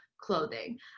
clothing